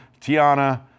Tiana